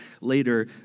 later